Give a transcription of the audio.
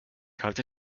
halte